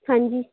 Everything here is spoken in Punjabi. ਹਾਂਜੀ